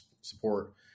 support